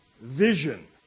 vision